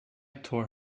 tore